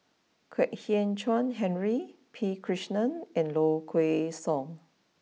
Kwek Hian Chuan Henry P Krishnan and Low Kway Song